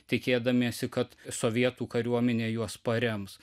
tikėdamiesi kad sovietų kariuomenė juos parems